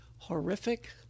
Horrific